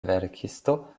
verkisto